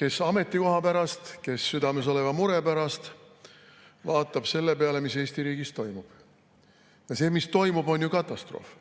kes ametikoha pärast, kes südames oleva mure pärast – ja vaatate selle peale, mis Eesti riigis toimub. See, mis toimub, on ju katastroof.